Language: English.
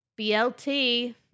BLT